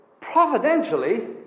providentially